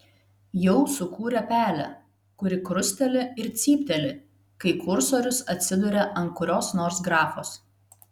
jau sukūrė pelę kuri krusteli ir cypteli kai kursorius atsiduria ant kurios nors grafos